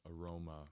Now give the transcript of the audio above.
aroma